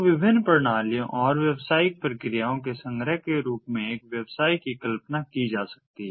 तो विभिन्न प्रणालियों और व्यावसायिक प्रक्रियाओं के संग्रह के रूप में एक व्यवसाय की कल्पना की जा सकती है